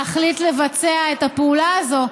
להחליט לבצע את הפעולה הזאת,